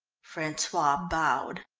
francois bowed.